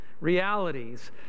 realities